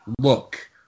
look